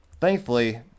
thankfully